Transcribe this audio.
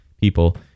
people